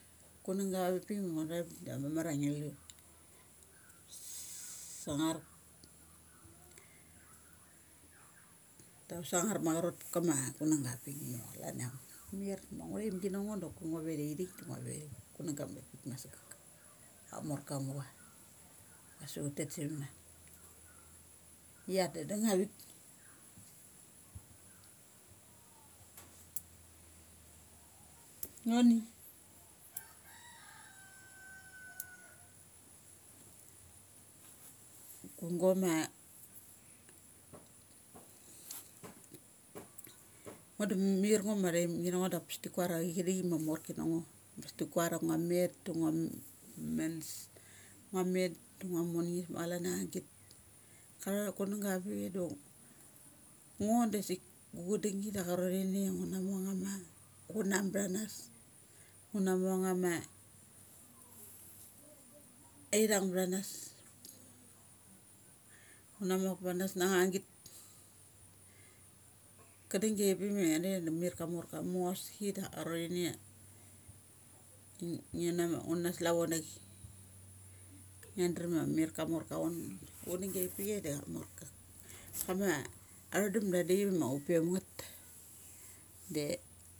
Kunanga ga ava pik ma ngua thet da bes mamara ngi lu sangar, ta sangar ma cha rot ma kama chunang ga ava pik ma clan a mir ma angngu thaim gi na ngo da ngua ve thai thik doki ngua ve kunang ga ma saggrk amork a cha mu cha. Asik un det satham na. Ia da dung avik choki goma. Ngo da mir ma athaimgi na ngo da bes ti kuara chivi chi ma morki na ngo. Abes ti kuar a ngu a met, do ngua mens ngua met monel ma clan agit. Ka tha kunangga vapik do chok ngo dasik gu cha dung gi da acharot ini ia gua nga ma kunam btha nas, ngu na mu angnga ma aithung tha nas ngu na mak ptha nas na nga git. Kadang gi apik ma ngia thet da amorka amos sa chi acharot ini ia ngi, ngi nama slavona chi. Ngia dram a mir ka morka cha von un na chadangi api chai da a morka kama athodam da drchai ma upe mang ngeth de.